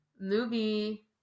movie